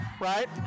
Right